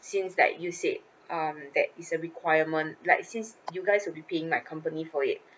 since that you said um that is a requirement like since you guys will be paying my company for it